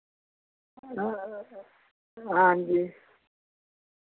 हां हांजी